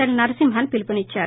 L Narasimhan పిలుపునిద్చారు